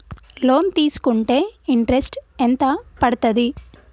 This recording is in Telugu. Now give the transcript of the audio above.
లోన్ తీస్కుంటే ఇంట్రెస్ట్ ఎంత పడ్తది?